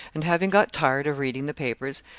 and having got tired of reading the papers,